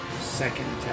second